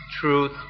truth